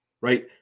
right